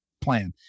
plan